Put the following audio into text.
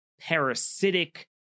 parasitic